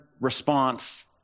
response